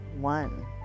one